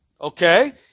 Okay